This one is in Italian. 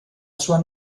sua